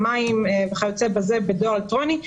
מים וכיוצא בזה בדואר אלקטרוני.